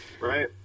Right